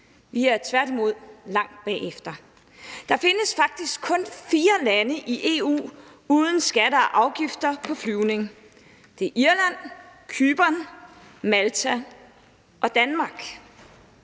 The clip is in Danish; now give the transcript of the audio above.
Vi er tværtimod langt bagefter. Der findes faktisk kun fire lande i EU uden skatter og afgifter på flyvning, og det er Irland, Cypern, Malta og Danmark.